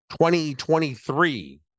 2023